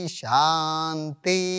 Shanti